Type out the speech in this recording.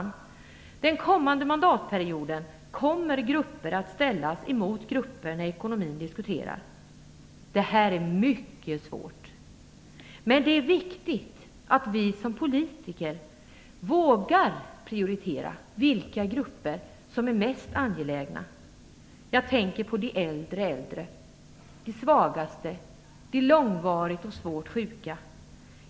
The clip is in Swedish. Under den kommande mandatperioden kommer grupper att ställas emot grupper när ekonomin diskuteras. Det här är mycket svårt, men det är viktigt att vi som politiker vågar prioritera vilka grupper som är mest angelägna. Jag tänker på de äldre äldre, de svagaste, de långvarigt och svårt sjuka.